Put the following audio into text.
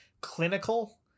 clinical